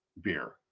beer